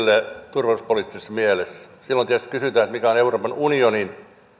turvallisuuspoliittisessa mielessä silloin tietysti kysytään mikä on euroopan unionin